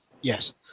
Yes